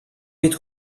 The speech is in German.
mit